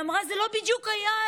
היא אמרה שזה לא בדיוק היה,